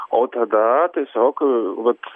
o tada tiesiog vat